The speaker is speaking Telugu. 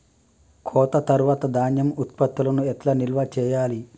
కోత తర్వాత ధాన్యం ఉత్పత్తులను ఎట్లా నిల్వ చేయాలి?